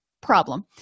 problem